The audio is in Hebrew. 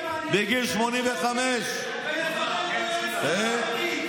בגיל 85. הכול מילים,